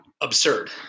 absurd